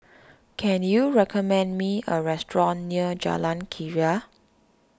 can you recommend me a restaurant near Jalan Keria